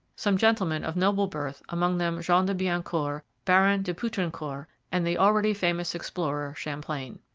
some gentlemen of noble birth, among them jean de biencourt, baron de poutrincourt, and the already famous explorer champlain.